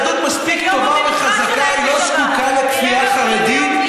היהדות מספיק טובה וחזקה והיא לא זקוקה לכפייה חרדית.